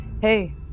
Hey